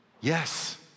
Yes